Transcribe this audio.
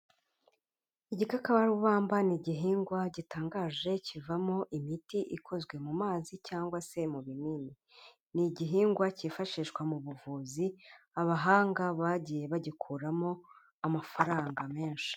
Igikakarubamba ni igihingwa gitangaje kivamo imiti ikozwe mu mazi cyangwa se mu binini, ni igihingwa cyifashishwa mu buvuzi abahanga bagiye bagikuramo amafaranga menshi.